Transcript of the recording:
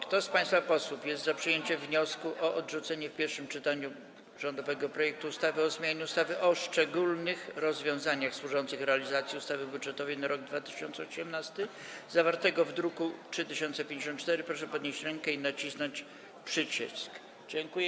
Kto z państwa posłów jest za przyjęciem wniosku o odrzucenie w pierwszym czytaniu rządowego projektu ustawy o zmianie ustawy o szczególnych rozwiązaniach służących realizacji ustawy budżetowej na rok 2018, zawartego w druku nr 3054, proszę podnieść rękę i nacisnąć przycisk.